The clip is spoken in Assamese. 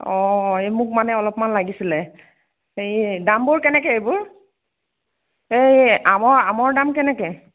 অঁ এই মোক মানে অলপমান লাগিছিলে হেৰি দামবোৰ কেনেকৈ এইবোৰ এই আমৰ আমৰ দাম কেনেকৈ